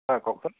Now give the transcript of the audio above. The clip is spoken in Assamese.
হয় কওকচোন